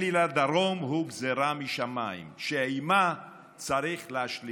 לדרום הוא גזרה משמיים שעימה צריך להשלים,